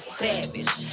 savage